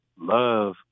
love